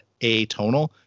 atonal